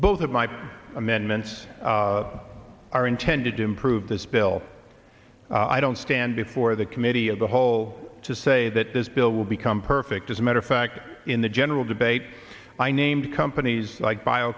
both of my amendments are intended to improve this bill i don't stand before the committee of the whole to say that this bill will become perfect as a matter of fact in the general debate i named companies like bio